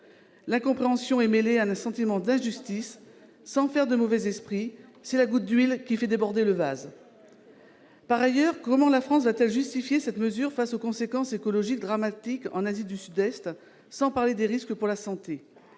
L'incompréhension est mêlée à un sentiment d'injustice. Sans faire de mauvais esprit, c'est la goutte d'huile qui fait déborder le vase ! Par ailleurs, comment la France va-t-elle justifier cette mesure face aux conséquences écologiques dramatiques qu'elle engendrera en Asie du Sud-Est, sans parler des risques pour la santé ?